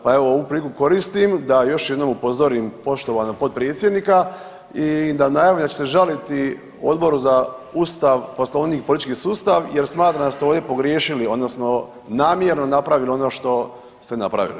Pa evo ovu priliku koristim da još jednom upozorim poštovanog potpredsjednika i da najavim da ću se žaliti Odboru za Ustav, Poslovnik i politički sustav jer smatram da ste ovdje pogriješili, odnosno namjerno napravili ono što ste napravili.